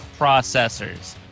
processors